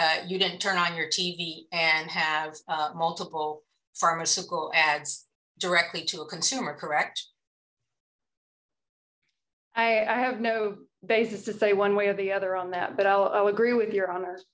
you didn't turn on your t v and have multiple pharmaceutical ads directly to a consumer correct i have no basis to say one way or the other on that but i'll agree with your honor